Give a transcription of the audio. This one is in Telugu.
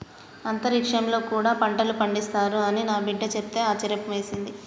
అంతరిక్షంలో కూడా పంటలు పండిస్తారు అని నా బిడ్డ చెప్తే ఆశ్యర్యమేసింది